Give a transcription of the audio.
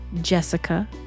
Jessica